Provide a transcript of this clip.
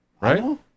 right